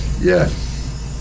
Yes